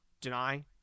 deny